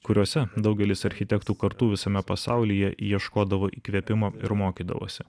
kuriose daugelis architektų kartų visame pasaulyje ieškodavo įkvėpimo ir mokydavosi